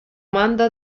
manda